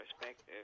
perspective